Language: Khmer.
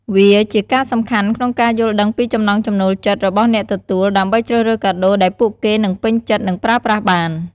វាជាការសំខាន់ក្នុងការយល់ដឹងពីចំណង់ចំណូលចិត្តរបស់អ្នកទទួល ដើម្បីជ្រើសរើសកាដូដែលពួកគេនឹងពេញចិត្ត និងប្រើប្រាស់បាន។